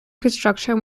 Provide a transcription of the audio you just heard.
construction